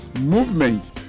movement